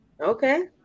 Okay